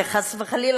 חס וחלילה,